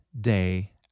day